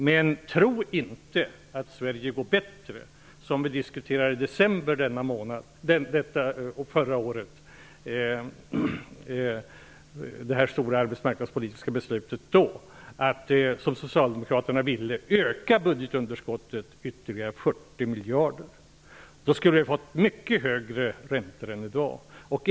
Men tro inte att Sverige går bättre genom att budgetunderskottet ökas med ytterligare 40 miljarder, som socialdemokraterna ville då vi i december förra året diskuterade det stora arbetsmarknadspolitiska beslutet. Då skulle vi ha fått mycket högre räntor än vi har i dag.